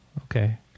Okay